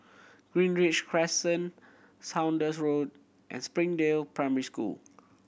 Greenridge Crescent Saunders Road and Springdale Primary School